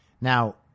Now